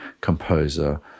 composer